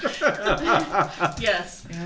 Yes